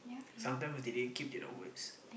sometime they din keep to their words